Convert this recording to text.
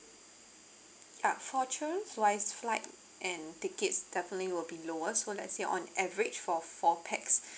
yeah for travelling flies flight and tickets definitely will be lower so let's say on average for four pax